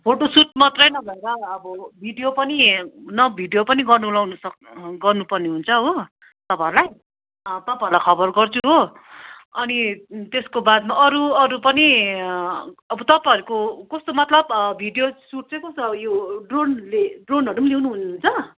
photoshoot मात्रै नभएर अब भिडियो पनि न भिडियो पनि गर्नु लाउनु सक् गर्नुपर्ने हुन्छ हो तपाईँहरूलाई तपाईँहरूलाई खबर गर्छु हो अनि त्यसको बादमा अरू अरू पनि अब तपाईँहरूको कस्तो मतलब भिडियो सुट चाहिँ कस्तो यो ड्रोनले ड्रोनहरू पनि ल्याउनु हुन्छ